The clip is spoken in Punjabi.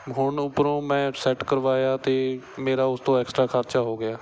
ਹੁਣ ਉੱਪਰੋਂ ਮੈਂ ਸੈਟ ਕਰਵਾਇਆ ਅਤੇ ਮੇਰਾ ਉਸ ਤੋਂ ਐਕਸਟਰਾ ਖ਼ਰਚਾ ਹੋ ਗਿਆ